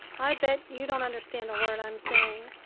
i bet you don't understand a word i'm saying,